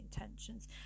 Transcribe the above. intentions